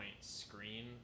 screen